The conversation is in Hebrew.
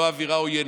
לא אווירה עוינת,